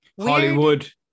Hollywood